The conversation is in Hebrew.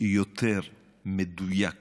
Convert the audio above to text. יותר מדויק